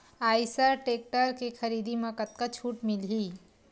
Eicher tractor के खरीदी म कतका छूट मिलही?